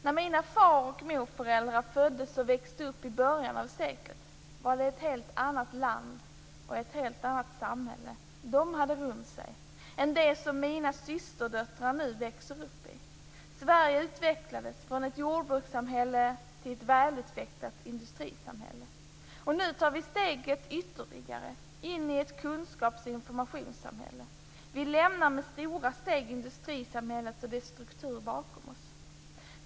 När mina far och morföräldrar föddes och växte upp i början av seklet var det ett helt annat land och ett helt annat samhälle de hade runt sig än det som mina systerdöttrar nu växer upp i. Sverige utvecklades från ett jordbrukssamhälle till ett välutvecklat industrisamhälle. Nu tar vi steget ytterligare in i ett kunskaps och informationssamhälle. Vi lämnar med stora steg industrisamhället och dess struktur bakom oss.